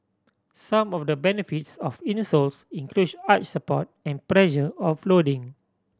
some of the benefits of insoles arch support and pressure offloading